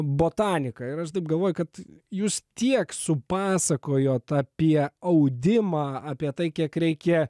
botanika ir aš taip galvoju kad jūs tiek supasakojot apie audimą apie tai kiek reikia